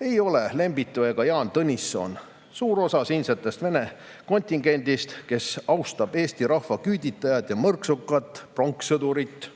ei ole Lembitu ega Jaan Tõnisson. Suur osa siinsest vene kontingendist, kes austab eesti rahva küüditajat ja mõrtsukat pronkssõdurit